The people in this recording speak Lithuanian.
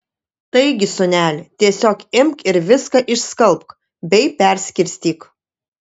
taigi sūneli tiesiog imk ir viską išskalbk bei perskirstyk